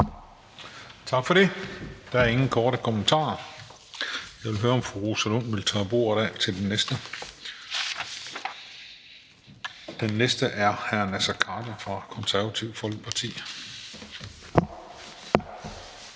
Tak for det. Der er ingen korte bemærkninger. Jeg vil høre, om fru Rosa Lund vil tørre bordet af af hensyn til den næste. Den næste er hr. Naser Khader fra Konservative Folkeparti.